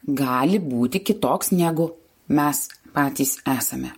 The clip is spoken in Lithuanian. gali būti kitoks negu mes patys esame